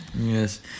Yes